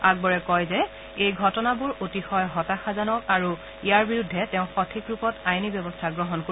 আকবৰে কয় যে এই ঘটনাবোৰ অতিশয় হতাশাজনক আৰু ইয়াৰ বিৰুদ্ধে তেওঁ সঠিক ৰূপত আইনী ব্যৱস্থা গ্ৰহণ কৰিব